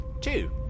Two